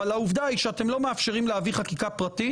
אבל העובדה היא שאתם לא מאפשרים להביא חקיקה פרטית